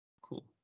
Cool